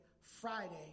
Friday